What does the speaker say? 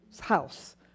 house